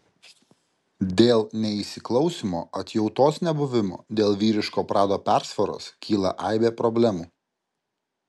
dėl neįsiklausymo atjautos nebuvimo dėl vyriško prado persvaros kyla aibė problemų